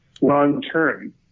long-term